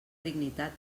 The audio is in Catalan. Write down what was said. dignitat